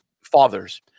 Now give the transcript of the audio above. fathers